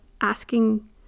asking